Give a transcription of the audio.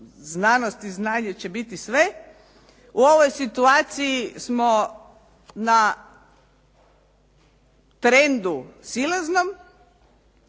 znanost i znanje će biti sve. U ovoj situaciji smo na trendu silaznom